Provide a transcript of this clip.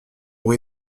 pour